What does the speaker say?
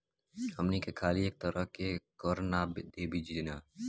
हमनी के खाली एक तरह के कर ना देबेनिजा